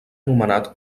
anomenat